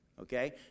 Okay